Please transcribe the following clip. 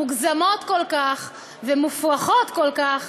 מוגזמות כל כך ומופרכות כל כך,